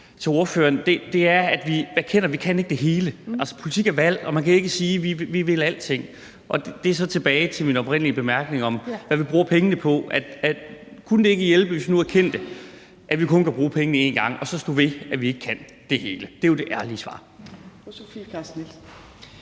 til ordføreren er om, er, at vi erkender, at vi kan ikke det hele. Altså, politik er valg, og man kan ikke sige: Vi vil alting. Det er så tilbage til min oprindelige bemærkning om, hvad vi bruger pengene på. Altså, kunne det ikke hjælpe, hvis vi nu erkendte, at vi kun kan bruge pengene én gang og så stod ved, at vi ikke kan det hele – det er jo det ærlige svar?